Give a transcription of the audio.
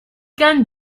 can